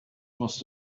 must